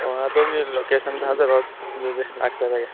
ꯍꯣꯏ ꯍꯣꯏ ꯑꯗꯣꯝꯒꯤ ꯂꯣꯀꯦꯁꯟ ꯊꯥꯖꯔꯣ ꯂꯥꯛꯆꯔꯒꯦ